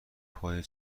پای